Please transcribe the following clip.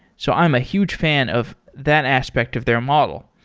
so i'm a huge fan of that aspect of their model.